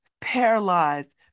paralyzed